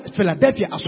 Philadelphia